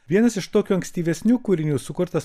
vienas iš tokių ankstyvesnių kūrinių sukurtas